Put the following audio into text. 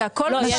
לא,